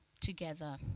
together